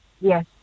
Yes